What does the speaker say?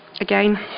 again